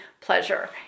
pleasure